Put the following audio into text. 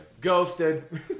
Ghosted